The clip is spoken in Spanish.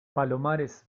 palomares